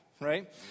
right